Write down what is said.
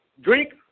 Drink